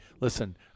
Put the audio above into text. listen